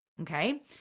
okay